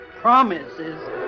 Promises